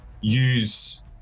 use